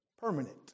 Permanent